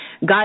God